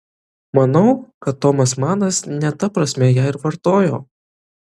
manau kad tomas manas ne ta prasme ją ir vartojo